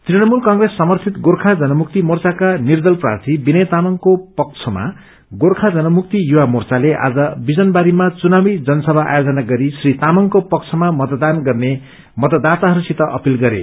Trinamool Congress समर्थित गोर्खा जनमुक्ति मोर्चाका निर्दल प्राथी विनय तामाङको पक्षमा गोर्खा जनमुक्ति युवा मोर्चाले आज विजनबारीमा चुनावी जनसभा आर्योजन गरी श्री तामाङको पक्षमा मतदान गर्ने मतदाताहरूसित अपील गरे